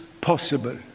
possible